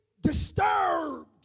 disturbed